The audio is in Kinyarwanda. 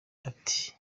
ati